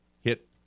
hit